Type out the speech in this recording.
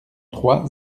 trois